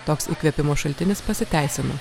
toks įkvėpimo šaltinis pasiteisino